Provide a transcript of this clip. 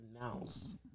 announce